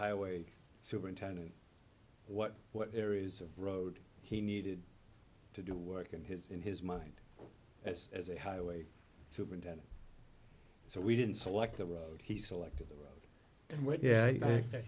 highway superintendent what what areas of road he needed to do work in his in his mind as as a highway superintendent so we didn't select the road he selected and went yeah i think that